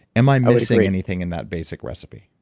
am i missing anything in that basic recipe?